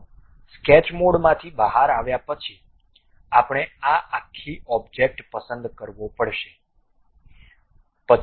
તો સ્કેચ મોડમાંથી બહાર આવ્યા પછી આપણે આ આખી ઓબ્જેક્ટ પસંદ કરવો પડશે